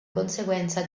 conseguenza